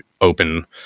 open